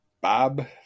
Bob